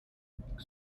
public